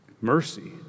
Mercy